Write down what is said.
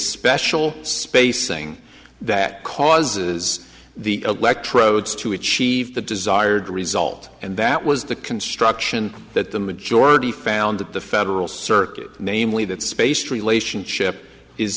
special spacing that causes the electrodes to achieve the desired result and that was the construction that the majority found at the federal circuit namely that spaced relationship is